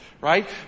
right